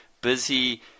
busy